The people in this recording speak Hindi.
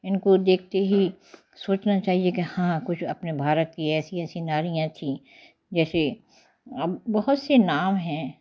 इनको देखते ही सोचना चाहिए कि हाँ कुछ अपने भारत की ऐसी ऐसी नारियाँ थीं जैसे अब बहुत से नाम हैं